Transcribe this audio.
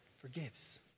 forgives